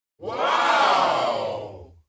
Wow